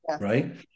right